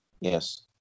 Yes